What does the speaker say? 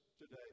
today